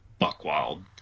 buckwild